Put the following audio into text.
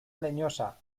leñosa